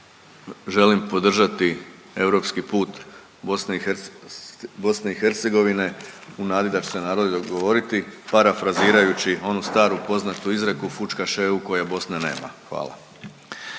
želim podržati europski put BiH u nadi da će se narodi dogovoriti parafrazirajući onu staru poznatu izreku fućkaš EU koja Bosne nema. Hvala.